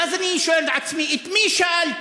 ואז אני שואל את עצמי: את מי שאלתי,